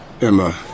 Emma